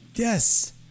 Yes